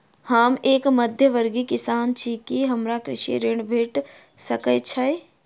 हम एक मध्यमवर्गीय किसान छी, की हमरा कृषि ऋण भेट सकय छई?